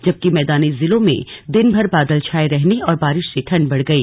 जबकि मैदानी जिलों में दिन भर बादल छाये रहने और बारिश से ठंड बढ़ गई